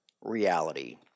reality